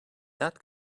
that